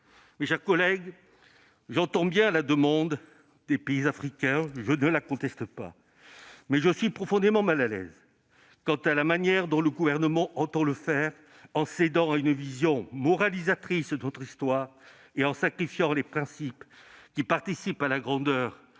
Mes chers collègues, j'entends bien la demande des pays africains, je ne la conteste pas. Mais je suis profondément mal à l'aise quant à la manière dont le Gouvernement entend y répondre, en cédant à une vision moralisatrice de notre histoire et en sacrifiant les principes qui participent de la grandeur